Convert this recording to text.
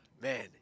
man